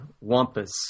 wampus